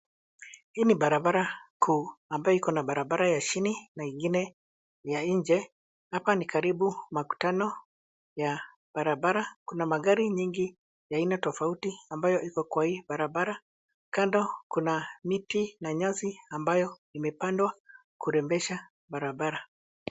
Hii ni barabara kuu ambayo iko na barabara ya chini na ingine ya nje. Hapa ni karibu makutano ya barabara. Kuna magari nyingi ya aina tofauti ambayo iko kwa hii barabara. Kando kuna miti na nyasi ambayo imepandwa kurembesha barabara.